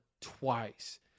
twice